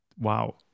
wow